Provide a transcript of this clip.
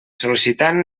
sol·licitant